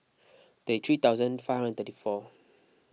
thirty three thousand five hundred thirty four